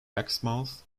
exmouth